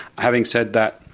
having said that,